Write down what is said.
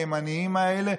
הימנים האלה,